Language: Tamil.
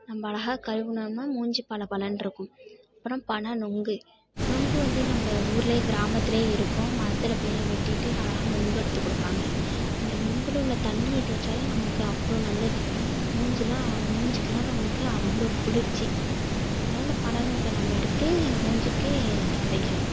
நம்ம அழகாக கழுவுனோம்னால் மூஞ்சு பளபளன்ருக்கும் அப்புறம் பன நொங்கு நொங்கு வந்து நம்ம ஊர்லே கிராமத்திலே இருக்கும் மரத்தில் போய்லாம் வெட்டிட்டு அழகாக நொங்கு எடுத்து கொடுப்பாங்க அந்த நொங்கில் உள்ள தண்ணியை தேய்ச்சாலே நமக்கு அவ்வளோ நல்லது மூஞ்சியில மூஞ்சிக்கலாம் நமக்கு அவ்வளோ குளிர்ச்சி அதனால இந்த பன நொங்கை நம்ம எடுத்து மூஞ்சிக்கு தடவிக்கலாம்